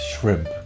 shrimp